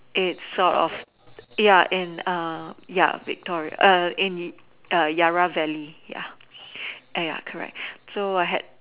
it's sort of ya in a ya Victoria in Yarra-valley ya ya correct